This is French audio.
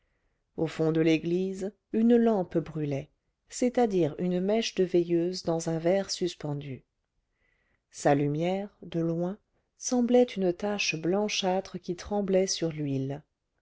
au fond de l'église une lampe brûlait c'est-à-dire une mèche de veilleuse dans un verre suspendu sa lumière de loin semblait une tache blanchâtre qui tremblait sur l'huile